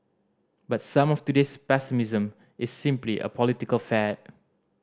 but some of today's pessimism is simply a political fad